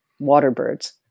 waterbirds